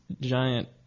giant